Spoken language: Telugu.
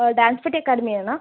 డ్యాన్స్ ఫిటి అకాడెమీయేనా